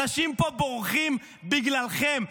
אנשים פה בורחים בגללכם.